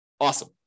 Awesome